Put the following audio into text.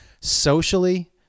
socially